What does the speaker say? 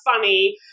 funny